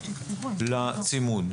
לצימוד.